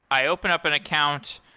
i open up an account,